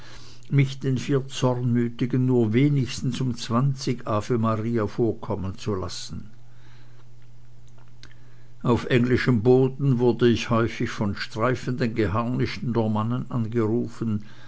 mich den vier zornmütigen nur wenigstens um zwanzig ave maria vorkommen zu lassen auf englischem boden wurde ich häufig von streifenden geharnischten normannen angerufen